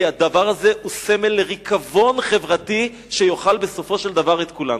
כי הדבר הזה הוא סמל לריקבון חברתי שיאכל בסופו של דבר את כולנו.